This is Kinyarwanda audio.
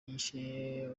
yishe